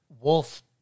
wolf